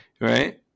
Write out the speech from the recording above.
Right